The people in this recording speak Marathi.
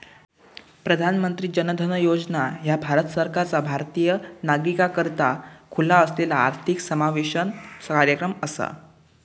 प्रधानमंत्री जन धन योजना ह्या भारत सरकारचा भारतीय नागरिकाकरता खुला असलेला आर्थिक समावेशन कार्यक्रम असा